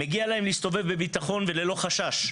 מגיע להם להסתובב בביטחון וללא חשש.